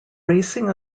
racing